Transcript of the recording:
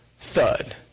thud